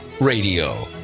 radio